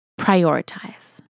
prioritize